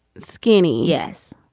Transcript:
skinny. yes.